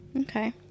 Okay